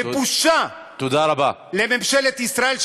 ובושה לממשלת ישראל,